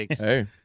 Hey